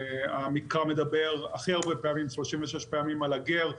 המקרא מדבר הכי הרבה פעמים, 36 פעמים על הגר.